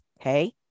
Okay